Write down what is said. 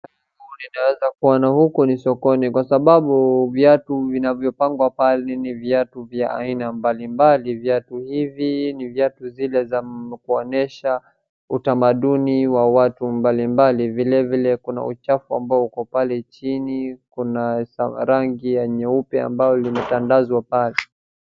Ninaweza kuona huku ni sokoni kwa sababu viatu vinavyopangwa pale ni viatu vya aina mbalimbali. Viatu hivi ni viatu zile za kuonyesha utamaduni wa watu mbalimbali, vile vile kuna uchafu ambao uko pale chini, kuna rangi ya nyeupe ambayo imetandazwa pale.